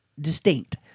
distinct